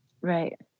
Right